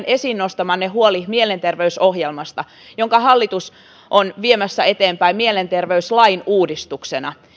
esiin huolen mielenterveysohjelmasta jonka hallitus on viemässä eteenpäin mielenterveyslain uudistuksena korostan että